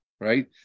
right